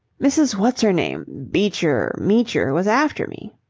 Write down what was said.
mrs. what's-her-name beecher meecher was after me.